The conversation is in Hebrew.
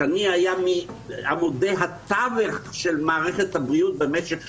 שני היה מעמודי התווך של מערכת הבריאות במשך שנים,